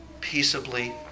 Peaceably